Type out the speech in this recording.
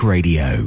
Radio